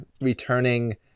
returning